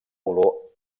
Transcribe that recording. olor